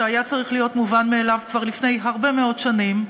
שהיה צריך להיות מובן מאליו כבר לפני הרבה מאוד שנים,